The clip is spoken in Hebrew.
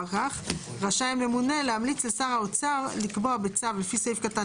רשאי הממונה להמליץ לשר האוצר לקבוע בצו לפי סעיף קטן